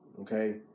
Okay